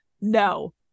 No